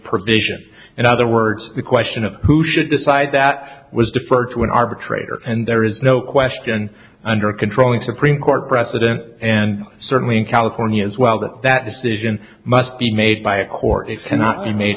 provision in other words the question of who should decide that was deferred to an arbitrator and there is no question under controlling supreme court precedent and certainly in california as well that that decision must be made by a court if cannot be made